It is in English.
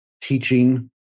teaching